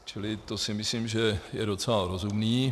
Čili to si myslím, že je docela rozumné.